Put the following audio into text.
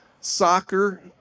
soccer